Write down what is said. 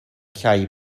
llai